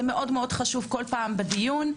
זה מאוד חשוב כל פעם בדיון.